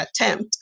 attempt